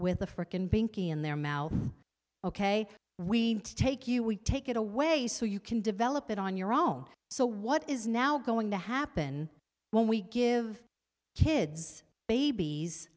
pinky in their mouth ok we take you we take it away so you can develop it on your own so what is now going to happen when we give kids babies